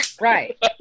right